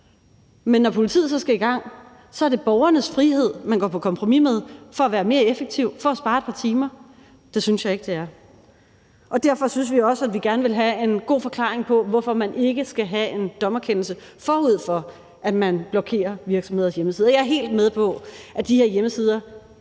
men når politiet så skal i gang, er det borgernes frihed, man går på kompromis med – for at være mere effektiv, for at spare et par timer. Det synes jeg ikke det er. Derfor vil vi også gerne have en god forklaring på, hvorfor man ikke skal have en dommerkendelse, forud for at man blokerer virksomheders hjemmesider. Jeg er helt med på, at de her hjemmesider